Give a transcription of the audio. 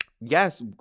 Yes